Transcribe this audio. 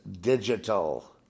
digital